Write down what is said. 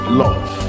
love